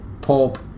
Pulp